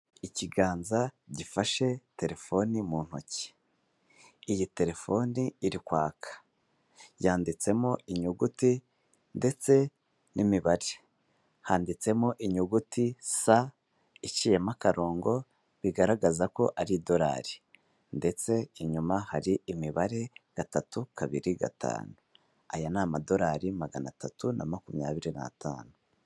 Ikiganza gifashe telefoni mu ntoki. Iyi terefoni iri kwaka. Yanditsemo inyuguti ndetse n'imibare. Handitsemo inyuguti sa iciyemo akarongo, bigaragaza ko ari idolari ndetse inyuma hari imibare gatatu, kabiri, gatanu. Aya ni amadolari magana atatu na makumyabiri n'atanu.